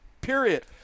Period